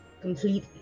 completely